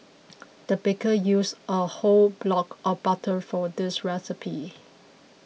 the baker used a whole block of butter for this recipe